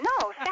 no